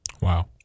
Wow